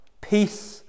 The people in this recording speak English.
peace